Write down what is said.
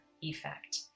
effect